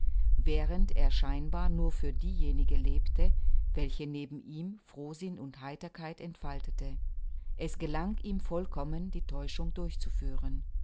während er scheinbar nur für diejenige lebte welche neben ihm frohsinn und heiterkeit entfaltete es gelang ihm vollkommen die täuschung durchzuführen